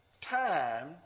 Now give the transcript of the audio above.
time